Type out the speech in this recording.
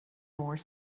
more